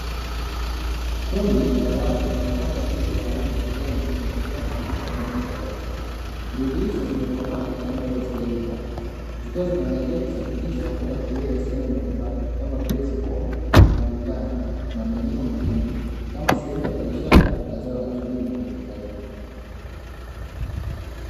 Kundi la watu linapanga ndizi za rangi ya kijani kwenye matenga ya rangi tofauti. Ndizi hizi zimekomaa lakini bado hazijaiva, zikiwa zinaandaliwa kusafirishwa kwenda kuuzwa sehemu mbalimbali kama vile: sokoni, madukani na maeneo mengine; kama sehemu ya biashara ya zao la kilimo lenye faida.